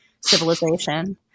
civilization